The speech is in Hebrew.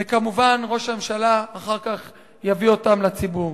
וכמובן, ראש הממשלה אחר כך יביא אותן לציבור.